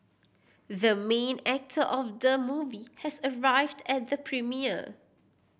the main actor of the movie has arrived at the premiere